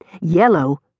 Yellow